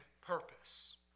purpose